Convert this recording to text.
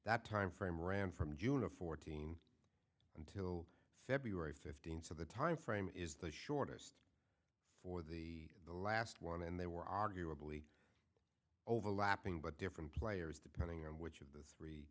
that timeframe ran from june of fourteen until february fifteenth so the time frame is the shortest for the last one and they were arguably overlapping but different players depending on which you th